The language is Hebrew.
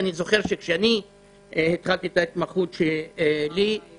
אני זוכר שכשאני התחלתי את ההתמחות שלי,